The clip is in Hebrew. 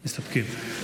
מסתפקים.